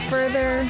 Further